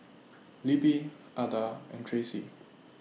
Libby Adda and Tracey